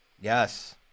Yes